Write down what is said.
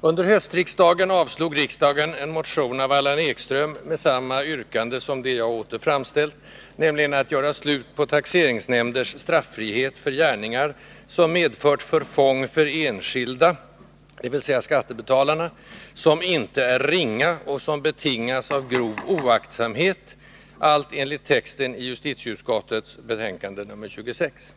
Under höstsessionen avslog riksdagen en motion av Allan Ekström med samma yrkande som det jag nu åter framställt, nämligen om att göra slut på taxeringsnämnders straffrihet för gärningar som medfört förfång för enskilda, dvs. skattebetalarna, som ”inte är ringa” och som betingats av grov oaktsamhet — allt enligt texten i justitieutskottets betänkande nr 26.